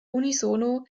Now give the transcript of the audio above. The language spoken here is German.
unisono